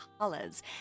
colors